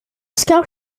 scout